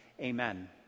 Amen